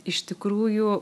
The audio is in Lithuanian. iš tikrųjų